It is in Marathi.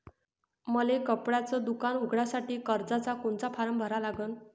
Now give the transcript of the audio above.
मले कपड्याच दुकान उघडासाठी कर्जाचा कोनचा फारम भरा लागन?